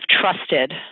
trusted